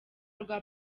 rwa